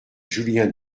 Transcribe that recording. julien